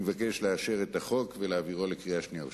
אני מבקש לאשר את הצעת החוק ולהעבירה להכנה לקריאה שנייה ושלישית.